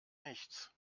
nichts